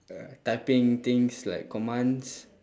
uh typing things like commands